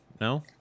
No